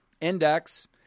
index